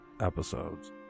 episodes